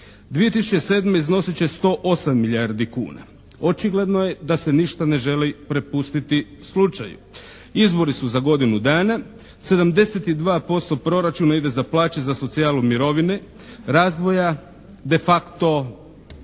2007. iznosit će 108 milijardi kuna. Očigledno je da se ništa ne želi prepustiti slučaju. Izbori su za godinu dana, 72% proračuna ide za plaće za socijalu mirovine, razvoja de facto